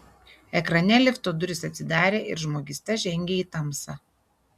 ekrane lifto durys atsidarė ir žmogysta žengė į tamsą